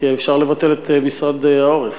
כי אפשר לבטל את המשרד להגנת העורף.